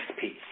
piece